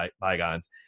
bygones